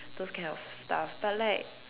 those kind of stuff but like